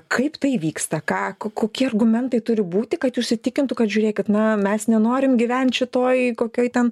kaip tai vyksta ką ko kokie argumentai turi būti kad jus įtikintų kad žiūrėkit na mes nenorim gyvent šitoj kokioj ten